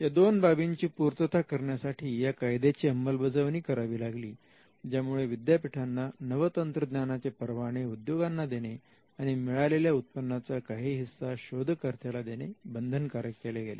या दोन बाबींची पूर्तता करण्यासाठी या कायद्याची अंमलबजावणी करावी लागली ज्यामुळे विद्यापीठांना नवतंत्रज्ञानाचे परवाने उद्योगांना देणे आणि मिळालेल्या उत्पन्नाचा काही हिस्सा शोधकर्त्यात्ना देणे बंधनकारक केले केले